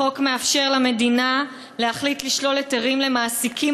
החוק מאפשר למדינה להחליט לשלול היתרים ממעסיקים